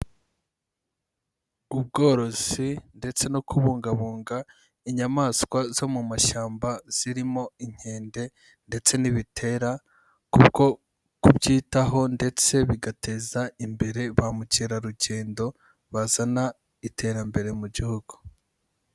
Ubworozi ndetse no kubungabunga inyamaswa zo mu mashyamba, zirimo inkende ndetse n'ibitera, kubwo kubyitaho, ndetse bigateza imbere ba mukerarugendo, bazana iterambere mu gihugu.